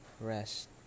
rest